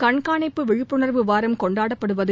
கண்காணிப்பு விழிப்புணர்வு வாரம் கொண்டாடப்படுவது